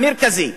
המרכזי,